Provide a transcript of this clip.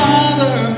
Father